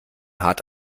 hart